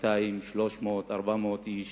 200, 300, 400 איש